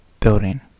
Building